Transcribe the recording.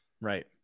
right